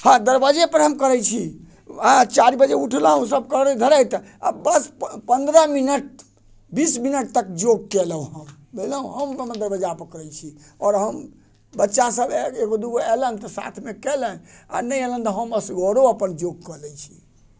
हँ दरवाजे पर हम करै छी चारि बजे उठलहुँ सभ करैत धरैत आ बस पन्द्रह मिनट बीस मिनट तक जोग केलहुँ हम बुझलहुँ हम अपन दरवाजा पर करै छी आओर हम बच्चा सभ एगो दूगो एलैनि तऽ साथमे केलैनि आ नहि एलैन तऽ हम असगरो अपन जोग कऽ लै छी